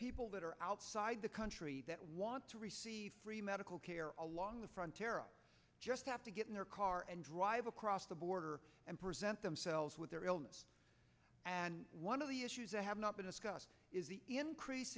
people that are outside the country that want to receive free medical care from terror just have to get in their car and drive across the border and present themselves with their illness and one of the issues that have not been discussed i